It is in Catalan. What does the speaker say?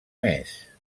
més